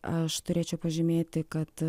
aš turėčiau pažymėti kad